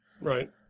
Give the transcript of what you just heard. Right